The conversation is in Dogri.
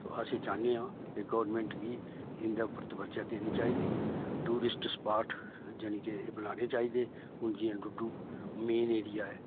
ते अस एह् चाह्न्नें कि गोरमेंट गी इं'दे उप्पर तवज्जा देनी चाहिदी टूरिस्ट स्पाट जानि के बनाने चाहिदे हून जियां डडू मेन ऐरिया ऐ